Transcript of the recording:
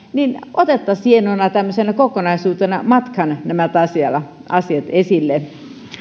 otettaisiin hienona tämmöisenä kokonaisuutena matkaan nämä asiat esille